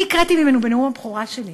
אני הקראתי ממנה בנאום הבכורה שלי.